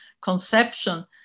conception